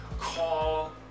call